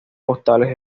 postales